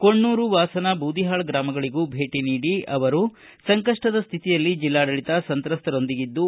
ಕೊಣ್ಣುರು ವಾಸನ ಬೂದಿಹಾಳ ಗ್ರಾಮಗಳಗೂ ಭೇಟಿ ನೀಡಿ ಅವರು ಸಂಕಷ್ಟದ ಸ್ಥಿತಿಯಲ್ಲಿ ಜಲ್ಲಾಡಳಿತ ಸಂತ್ರಸ್ತರೊಂದಿಗಿದ್ದು